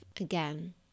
again